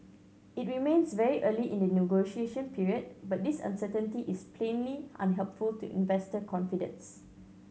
it remains very early in the negotiation period but this uncertainty is plainly unhelpful to investor confidence